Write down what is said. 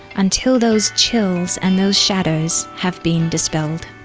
until those chills and those shadows have been dispelled.